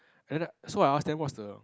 and then so I ask them what's the